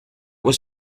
was